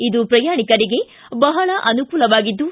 ಇದು ಪ್ರಯಾಣಿಕರಿಗೆ ಬಹಳ ಅನುಕೂಲವಾಗಿದ್ದು